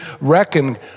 reckon